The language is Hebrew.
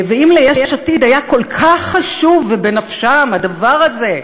ואם ליש עתיד היה כל כך חשוב ובנפשם הדבר הזה,